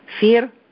fear